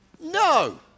No